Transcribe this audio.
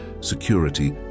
security